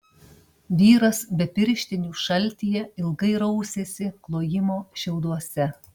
vyras be pirštinių šaltyje ilgai rausėsi klojimo šiauduose